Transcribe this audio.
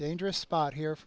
dangerous spot here